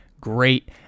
great